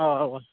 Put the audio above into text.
اَوا اَوا